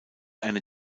eine